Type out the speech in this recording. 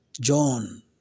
John